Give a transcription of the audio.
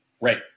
Right